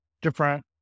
different